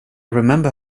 remember